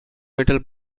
metal